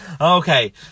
okay